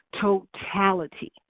totality